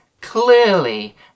clearly